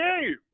game